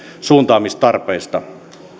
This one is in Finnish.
suuntaamistarpeista